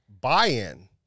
buy-in